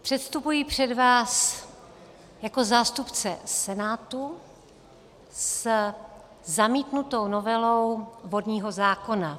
Předstupuji před vás jako zástupce Senátu se zamítnutou novelou vodního zákona.